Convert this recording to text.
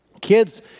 Kids